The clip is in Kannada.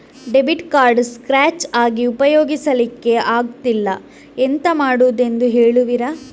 ಡೆಬಿಟ್ ಕಾರ್ಡ್ ಸ್ಕ್ರಾಚ್ ಆಗಿ ಉಪಯೋಗಿಸಲ್ಲಿಕ್ಕೆ ಆಗ್ತಿಲ್ಲ, ಎಂತ ಮಾಡುದೆಂದು ಹೇಳುವಿರಾ?